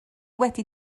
wedi